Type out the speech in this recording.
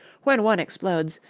when one explodes,